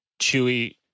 Chewy